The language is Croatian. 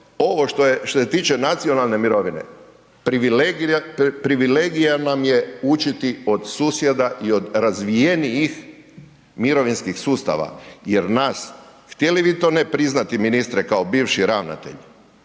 ovo što se tiče nacionalne mirovine privilegija nam je učiti od susjeda i od razvijenijih mirovinskih sustava jer nas htjeli vi to ili ne priznati ministre kao bivši ravnatelj,